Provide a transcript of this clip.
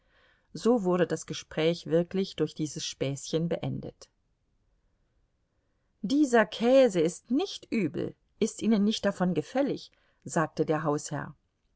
so wurde das gespräch wirklich durch dieses späßchen beendet dieser käse ist nicht übel ist ihnen nicht davon gefällig sagte der hausherr